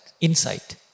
insight